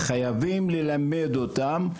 וחייבים ללמד אותם,